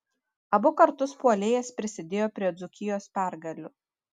abu kartus puolėjas prisidėjo prie dzūkijos pergalių